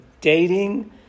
Dating